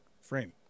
frame